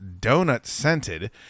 donut-scented